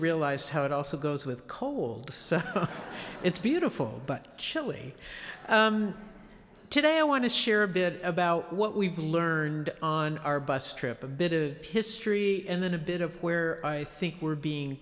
realized how it also goes with cold it's beautiful but chilly today i want to share a bit about what we've learned on our bus trip a bit of history and then a bit of where i think we're being